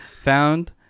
found